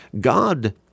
God